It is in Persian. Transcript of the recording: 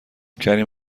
کریم